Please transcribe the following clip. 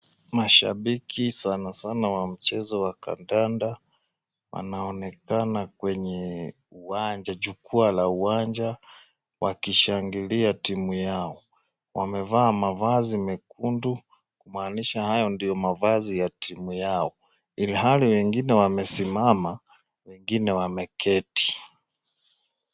Mashabiki sana sana wa mchezo wa kandanda wanaonekana kwenye jukwaa la uwanja wakishangilia timu yao, wamevaa mavazi mekundu kumanisha hayo ndo mavazi ya timu yao. Ilihali wengine wamesimama wengine wameketi.